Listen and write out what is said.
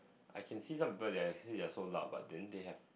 I can see some birds they they are so loud but then they have